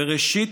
וראשית